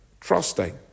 trusting